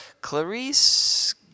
Clarice